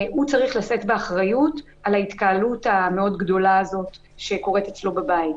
הוא צריך לשאת באחריות על ההתקהלות הגדולה מאוד הזאת שקורית אצלו בבית.